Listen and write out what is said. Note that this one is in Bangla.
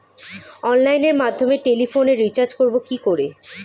অনলাইনের মাধ্যমে টেলিফোনে রিচার্জ করব কি করে?